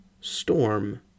Storm